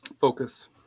Focus